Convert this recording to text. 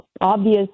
obvious